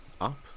up